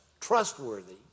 trustworthy